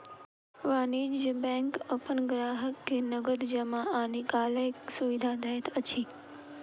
वाणिज्य बैंक अपन ग्राहक के नगद जमा आ निकालैक सुविधा दैत अछि